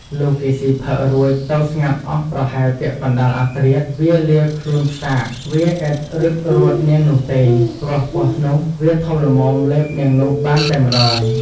លុះគេស៊ីផឹករួចទៅស្ងាត់អស់ប្រហែល ពាក់កណ្ដាល អាធ្រាតវាលាខ្លួនខ្សាក វាឥតរឹតរួតនាងនោះទេ ព្រោះពស់នោះវាធំល្មមលេបនាងនោះបានតែម្ដង។